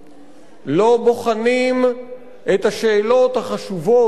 לא בוחנים את השאלות החשובות, הערכיות,